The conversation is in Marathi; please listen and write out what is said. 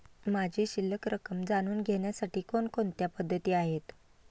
माझी शिल्लक रक्कम जाणून घेण्यासाठी कोणकोणत्या पद्धती आहेत?